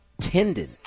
tendon